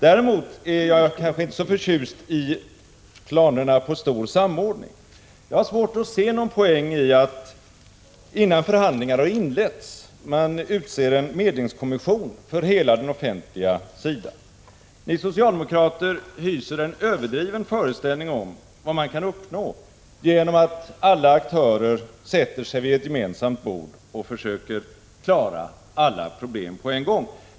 Däremot är jag kanske inte så förtjust i planerna på stor samordning. Jag har svårt att se någon poäng i att man innan förhandlingar har inletts utser en medlingskommission för hela den offentliga sidan. Ni socialdemokrater hyser en överdriven föreställning om vad man kan uppnå genom att alla aktörer sätter sig vid samma bord och försöker klara alla problem på en gång.